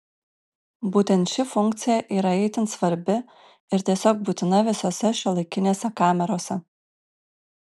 būtent ši funkcija yra itin svarbi ir tiesiog būtina visose šiuolaikinėse kamerose